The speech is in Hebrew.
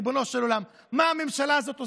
ריבונו של עולם, מה הממשלה הזאת עושה?